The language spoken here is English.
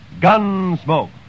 Gunsmoke